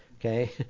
Okay